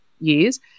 years